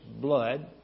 blood